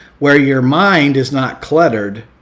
where your mind is not cluttered.